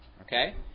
Okay